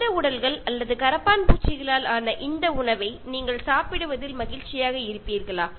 மனித உடல்கள் அல்லது கரப்பான் பூச்சிகளால் ஆன இந்த வகையான உணவை நீங்கள் சாப்பிடுவதில் மகிழ்ச்சியாக இருப்பீர்களா